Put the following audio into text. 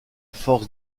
forces